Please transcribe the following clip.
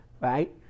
right